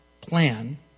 plan